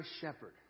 shepherd